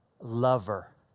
lover